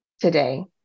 today